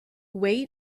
wait